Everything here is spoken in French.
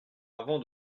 avant